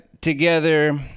together